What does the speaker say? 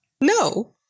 No